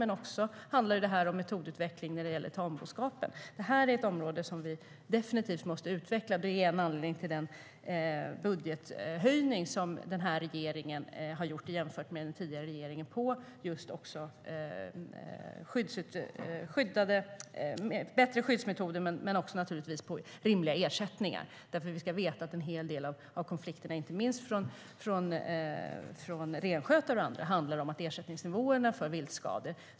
Men det handlar även om metodutveckling när det gäller tamboskap. Detta är ett område som vi definitivt måste utveckla. Det är en anledning till den budgethöjning som den här regeringen har gjort jämfört med den tidigare regeringen i fråga om bättre skyddsmetoder men naturligtvis även rimliga ersättningar. Vi ska nämligen veta att en hel del av konflikterna, inte minst när det gäller renskötare och andra, handlar om ersättningsnivåerna för viltskador.